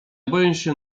boję